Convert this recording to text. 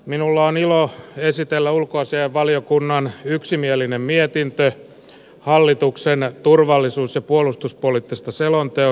minulla on ilo esitellä ulkoasiainvaliokunnan yksimielinen mietintö hallituksen turvallisuus ja puolustuspoliittisesta selonteosta